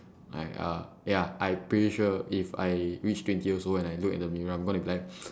I uh ya I pretty sure if I reach twenty years old and I look at the mirror I'm gonna be like